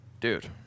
dude